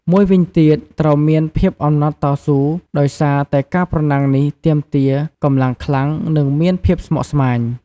មួយវិញទៀតត្រូវមានភាពអំណត់តស៊ូ ដោយសារតែការប្រណាំងនេះទាមទារកម្លាំងខ្លាំង និងមានភាពស្មុគស្មាញ។